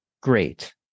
great